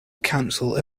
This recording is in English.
council